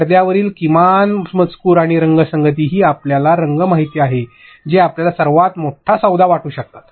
पडद्यावरील किमान मजकूर आणि रंगसंगती ही आपल्याला रंग माहिती आहेत जे आपल्याला सर्वात मोठा सौदा वाटू शकतात